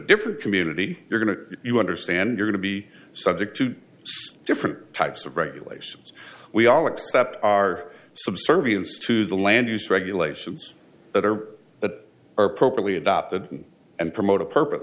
different community you're going to you understand are going to be subject to different types of regulations we all accept our subservience to the land use regulations that are that are properly adopted and promote a purpose